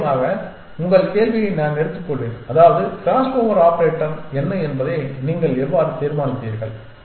நிச்சயமாக உங்கள் கேள்வியை நான் எடுத்துக்கொள்வேன் அதாவது கிராஸ்ஓவர் ஆபரேட்டர் என்ன என்பதை நீங்கள் எவ்வாறு தீர்மானிப்பீர்கள்